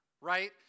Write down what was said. right